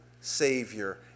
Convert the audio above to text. Savior